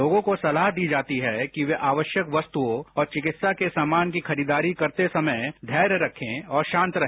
लोगों को सलाह दी जाती है कि वे आवश्यक वस्तुओं और चिकित्सा की खरीददारी करते समय धैर्य रखें और शांत रहे